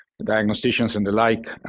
diagnosticians and the like,